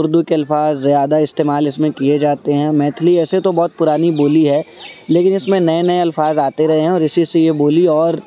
اردو کے الفاظ زیادہ استعمال اس میں کیے جاتے ہیں میتھلی ایسے تو بہت پرانی بولی ہے لیکن اس میں نئے نئے الفاظ آتے رہے ہیں اور اسی سے یہ بولی اور